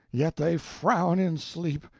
yet they frown in sleep,